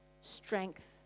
strength